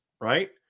Right